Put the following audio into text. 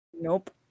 Nope